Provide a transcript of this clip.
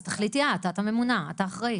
אז תחליטי את, את הממונה, את האחראית.